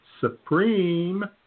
Supreme